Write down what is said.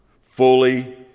fully